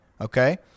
okay